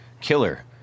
Killer